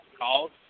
called